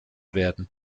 werden